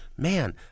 Man